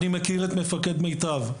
אני מכיר את מפקדי מיטב,